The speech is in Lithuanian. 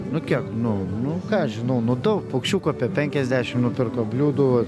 nu kiek nu nu ką aš žinau nu daug paukščiukų apie penkiasdešim nupirko bliūdų